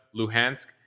Luhansk